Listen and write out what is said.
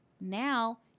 Now